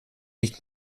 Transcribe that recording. nicht